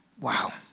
Wow